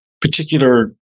particular